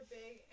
big